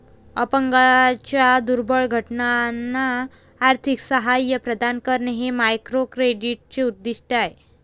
अपंगांच्या दुर्बल घटकांना आर्थिक सहाय्य प्रदान करणे हे मायक्रोक्रेडिटचे उद्दिष्ट आहे